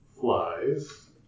flies